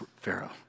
Pharaoh